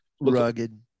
rugged